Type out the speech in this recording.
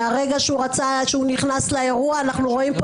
מהרגע שהוא נכנס לאירוע אנחנו רואים פה